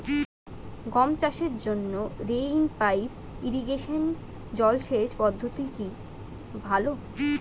গম চাষের জন্য রেইন পাইপ ইরিগেশন জলসেচ পদ্ধতিটি কি ভালো?